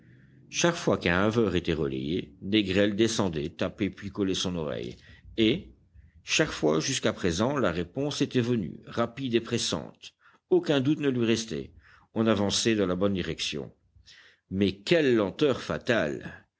chaque fois qu'un haveur était relayé négrel descendait tapait puis collait son oreille et chaque fois jusqu'à présent la réponse était venue rapide et pressante aucun doute ne lui restait on avançait dans la bonne direction mais quelle lenteur fatale